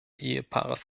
ehepaares